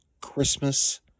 Christmas